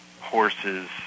horses